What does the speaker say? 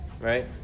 right